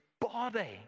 body